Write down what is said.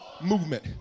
movement